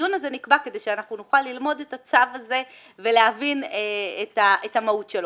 הדיון הזה נקבע כדי שאנחנו נוכל ללמוד את הצו הזה ולהבין את המהות שלו.